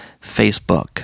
Facebook